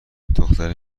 دختره